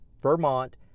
Vermont